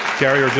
gary